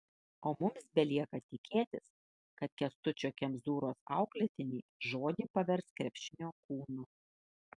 o mums belieka tikėtis kad kęstučio kemzūros auklėtiniai žodį pavers krepšinio kūnu